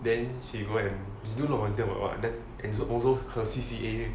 then she go and do a lot of volunteer work or what that is also her C_C_A